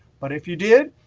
but if you did,